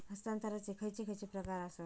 हस्तांतराचे खयचे खयचे प्रकार आसत?